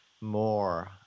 more